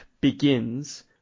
begins